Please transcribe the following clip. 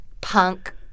punk